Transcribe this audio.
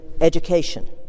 education